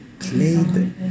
Played